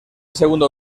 segundo